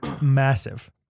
massive